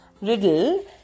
riddle